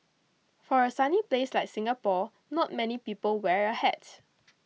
for a sunny place like Singapore not many people wear a hat